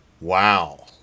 Wow